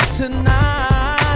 tonight